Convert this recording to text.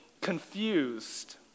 confused